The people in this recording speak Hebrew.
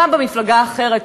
פעם במפלגה אחרת.